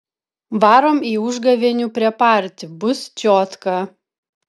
varom į užgavėnių prepartį bus čiotka